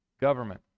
government